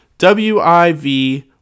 wiv